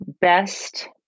best